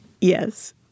Yes